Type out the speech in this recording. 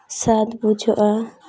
ᱥᱟᱫᱷ ᱵᱩᱡᱷᱟᱹᱜᱼᱟ